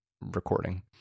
recording